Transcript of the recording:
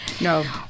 No